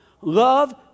Love